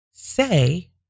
Say